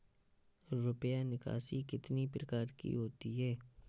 रुपया निकासी कितनी प्रकार की होती है?